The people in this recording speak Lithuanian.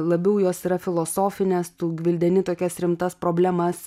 labiau jos yra filosofinės tu gvildeni tokias rimtas problemas